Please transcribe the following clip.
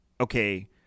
okay